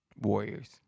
warriors